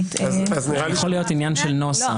אולי עניין של נוסח.